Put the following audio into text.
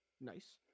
Nice